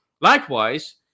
Likewise